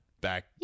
back